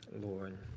Lord